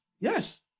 yes